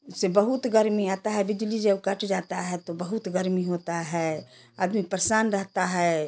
से बहुत गर्मी आता है बिजली जब कट जाता है तो बहुत गर्मी होता है आदमी परेशान रहता है